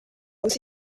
aussi